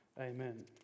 amen